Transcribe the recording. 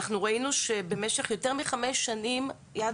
אנחנו ראינו שבמשך יותר מחמש שנים יד